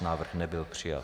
Návrh nebyl přijat.